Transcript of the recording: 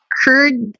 heard